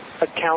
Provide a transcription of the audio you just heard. account